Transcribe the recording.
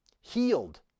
healed